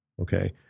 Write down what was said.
Okay